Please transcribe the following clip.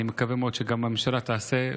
אני מקווה מאוד שגם הממשלה תעשה.